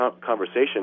conversation